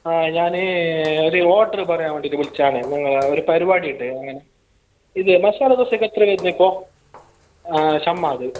ആ ഞാൻ ഒരു ഓർഡറ് പറയാൻ വേണ്ടിയിട്ട് വിളിച്ചതാണ് നിങ്ങളെ ഒരു പരിപാടിയുണ്ട് അങ്ങനെ പിന്നെ മസാല ദോശക്ക് എത്ര വരുന്നത് ഇപ്പോൾ ഷമ്മാദ്